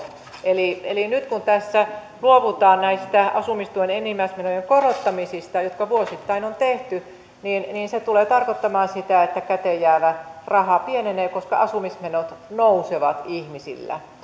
eli eli nyt kun tässä luovutaan näistä asumistuen enimmäismenojen korottamisista jotka vuosittain on tehty niin niin se tulee tarkoittamaan sitä että käteenjäävä raha pienenee koska asumismenot nousevat ihmisillä